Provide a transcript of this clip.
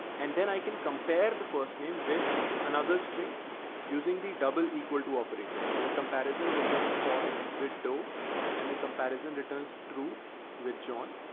and then i can compare the first name with another string using the double equal to operator. so the comparison results false with widow and the comparison returns through with john.